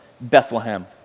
Bethlehem